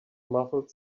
muffled